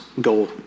goal